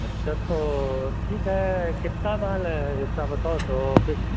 अच्छा तो ठीक है कितना माल इतना बताओ तो फिर